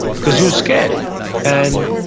because he was scared. and